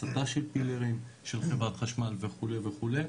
הצתה של פילרים של חברת חשמל וכולי וכולי,